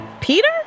Peter